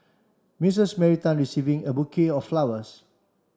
Missus Mary Tan receiving a bouquet of flowers